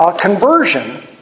conversion